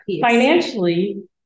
Financially